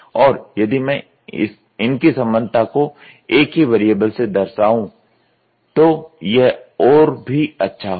और यदि मैं इनकी संबंधता को एक ही वैरिएबल से दर्शा पाऊं तो यह और भी अच्छा होगा